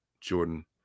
Jordan